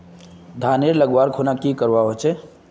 धानेर लगवार खुना की करवा होचे?